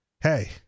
hey